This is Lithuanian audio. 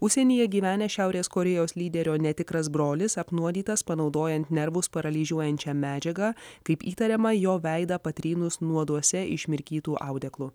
užsienyje gyvenę šiaurės korėjos lyderio netikras brolis apnuodytas panaudojant nervus paralyžiuojančią medžiagą kaip įtariama jo veidą patrynus nuoduose išmirkytu audeklu